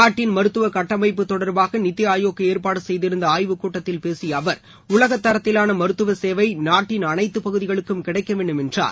நாட்டின் மருத்துவ கட்டமைப்பு தொடர்பாக நித்தி ஆயோக் ஏற்பாடு செய்திருந்த ஆய்வுக் கூட்டத்தில் பேசிய அவர் உலக தரத்திலான மருத்துவ சேவை நாட்டின் அனைத்து பகுதிகளுக்கும் கிடைக்க வேண்டும் என்றார்